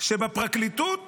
שבפרקליטות